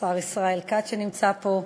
השר ישראל כץ שנמצא פה,